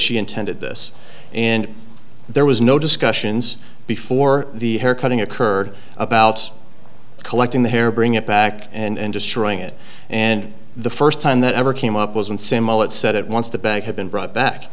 she intended this and there was no discussions before the hair cutting occurred about collecting the hair bring it back and destroying it and the first time that ever came up was when sam mullet said it once the bag had been brought back